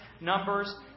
Numbers